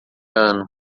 ano